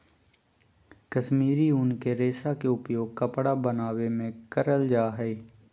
कश्मीरी उन के रेशा के उपयोग कपड़ा बनावे मे करल जा हय